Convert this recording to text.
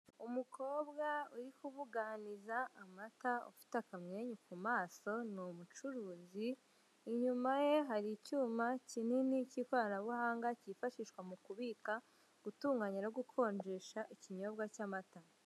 Umukobwa uri kubuganiza amata ufite akamwenyu ku maso ni umucuruzi, inyuma ye hari icyuma kinini cy'ikoranabuhanga cyifashishwa mu kubika, gutunganya no gukonjesha ikinyobwa cy'amata.